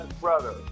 brother